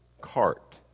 cart